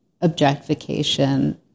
objectification